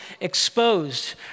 exposed